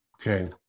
Okay